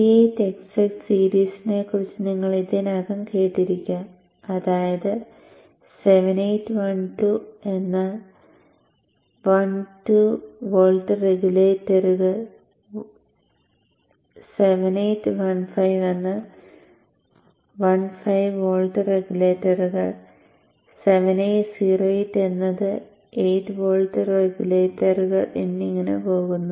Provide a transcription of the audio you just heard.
78xx സീരീസിനെക്കുറിച്ച് നിങ്ങൾ ഇതിനകം കേട്ടിരിക്കാം അതായത് 7812 എന്നാൽ 12 വോൾട്ട് റെഗുലേറ്ററുകൾ 7815 എന്നാൽ 15 വോൾട്ട് റെഗുലേറ്ററുകൾ 7808 എന്നത് 8 വോൾട്ട് റെഗുലേറ്ററുകൾ എന്നിങ്ങനെ പോകുന്നു